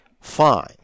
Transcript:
fine